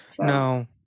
No